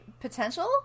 potential